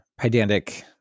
Pydantic